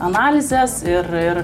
analizes ir ir